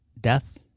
death